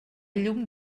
llum